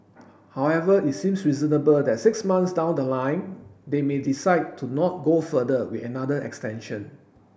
however it seems reasonable that six months down the line they may decide to not go further with another extension